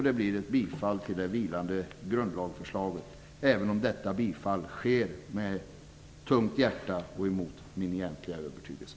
Det blir ett bifall till det vilande grundlagsförslaget, även om detta bifall yrkas med tungt hjärta och emot min egentliga övertygelse.